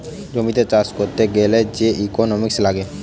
জমিতে চাষ করতে গ্যালে যে ইকোনোমিক্স লাগে